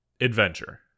adventure